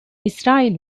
i̇srail